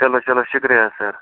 چلو چلو شُکریہ سر